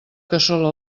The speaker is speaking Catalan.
cassola